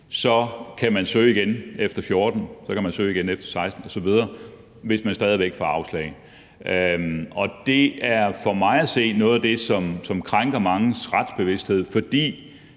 så kan man søge igen efter 14 år, så kan man søge igen efter 16 år osv., hvis man stadig væk får afslag. Det er for mig at se noget af det, som krænker manges retsbevidsthed, fordi